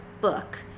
book